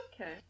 Okay